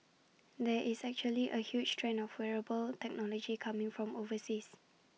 there is actually A huge trend of wearable technology coming from overseas